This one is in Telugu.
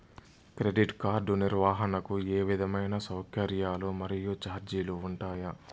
క్రెడిట్ కార్డు నిర్వహణకు ఏ విధమైన సౌకర్యాలు మరియు చార్జీలు ఉంటాయా?